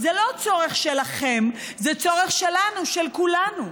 זה לא צורך שלכם, זה צורך שלנו, של כולנו.